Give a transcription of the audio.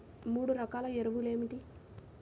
మూడు రకాల ఎరువులు ఏమిటి?